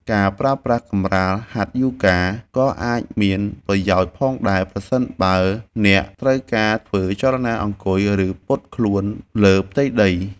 ការប្រើប្រាស់កម្រាលហាត់យូហ្គា ក៏អាចមានប្រយោជន៍ផងដែរ ប្រសិនបើអ្នកត្រូវការធ្វើចលនាអង្គុយ ឬពត់ខ្លួនលើផ្ទៃដី។